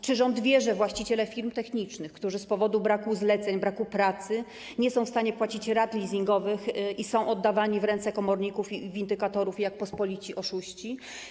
Czy rząd wie, że właściciele firm technicznych z powodu braku zleceń, braku pracy nie są w stanie płacić rat leasingowych i są oddawani w ręce komorników i windykatorów jak pospolici oszuści?